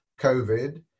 Covid